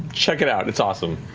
check it out. it's awesome.